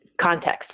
context